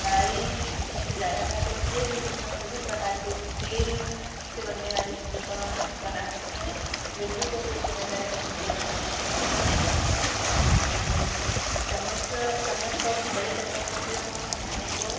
कड़ाही सबसे ज़्यादा महत्व रखती है क्योंकि उसमें हम सभी प्रकार के तेल से बनने वाली चीज़ों का बना सकते हैं गंजियों का उपयोग तरह तरह के सब्ज़ियाँ बनाने में करते हैं और चम्मच चम्मच का बड़े चम्मच का उपयोग हम खाने को